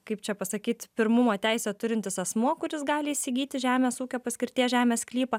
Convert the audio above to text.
kaip čia pasakyt pirmumo teisę turintis asmuo kuris gali įsigyti žemės ūkio paskirties žemės sklypą